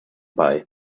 bei